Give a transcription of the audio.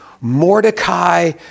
Mordecai